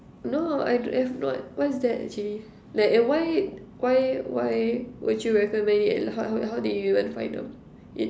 no I don't have not what's that actually that why why why would you recommend it and how how how did you even find them it